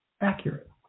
accurate